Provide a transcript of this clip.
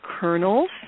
kernels